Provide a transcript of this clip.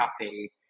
happy